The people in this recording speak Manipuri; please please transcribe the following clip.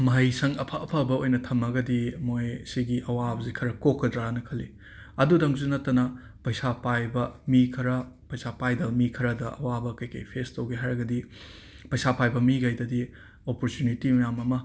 ꯃꯍꯩꯁꯪ ꯑꯐ ꯑꯐꯕ ꯑꯣꯏꯅ ꯊꯝꯃꯒꯗꯤ ꯃꯣꯏ ꯁꯤꯒꯤ ꯑꯋꯥꯕꯖꯦ ꯈꯔ ꯀꯣꯛꯀꯗ꯭ꯔꯥ ꯑꯅ ꯈꯜꯂꯤ ꯑꯗꯨꯗꯪꯁꯨ ꯅꯠꯇꯅ ꯄꯩꯁꯥ ꯄꯥꯏꯕ ꯃꯤ ꯈꯔ ꯄꯩꯁꯥ ꯄꯥꯏꯗꯕ ꯃꯤ ꯈꯔꯗ ꯑꯋꯥꯕ ꯀꯩ ꯀꯩ ꯐꯦꯁ ꯇꯧꯒꯦ ꯍꯥꯏꯔꯒꯗꯤ ꯄꯩꯁꯥ ꯄꯥꯏꯕ ꯃꯤꯒꯩꯗꯗꯤ ꯑꯣꯄꯣꯔꯆꯨꯅꯤꯇꯤ ꯃ꯭ꯌꯥꯝ ꯑꯃ